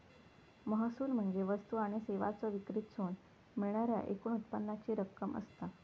महसूल म्हणजे वस्तू आणि सेवांच्यो विक्रीतसून मिळणाऱ्या एकूण उत्पन्नाची रक्कम असता